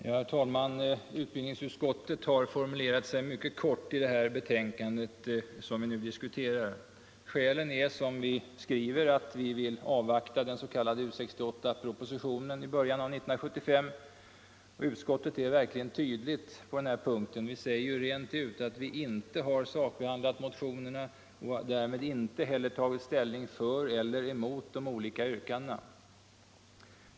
Herr talman! Utbildningsutskottet har formulerat sig mycket kort i det betänkande som vi nu diskuterar. Skälet är, som vi skriver, att vi vill avvakta den s.k. U 68-propositionen i början av 1975. Utskottet uttrycker sig verkligen tydligt på den här punkten. Vi säger ju rent ut att vi inte har sakbehandlat motionerna och därmed inte heller tagit ställning för eller emot de olika yrkandena.